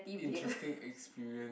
interesting experience